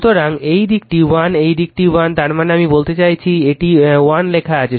সুতরাং এই দিকটি 1 এই দিকটি 1 মানে আমি বলতে চাইছি এটি 1 লেখা আছে